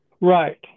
Right